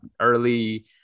early